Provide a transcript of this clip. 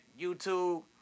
YouTube